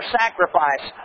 sacrifice